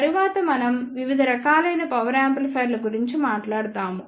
తరువాత మనం వివిధ రకాలైన పవర్ యాంప్లిఫైయర్ల గురించి మాట్లాడుతాము